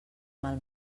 mal